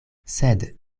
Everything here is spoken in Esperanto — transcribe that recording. sed